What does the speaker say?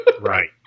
Right